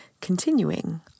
continuing